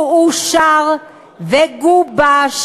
הוא אושר וגובש